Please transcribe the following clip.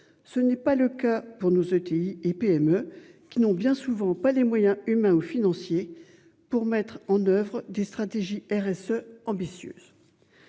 Ce n'est pas le cas pour nous ETI et PME qui n'ont bien souvent pas les moyens humains ou financiers pour mettre en oeuvre des stratégies RSE ambitieuse.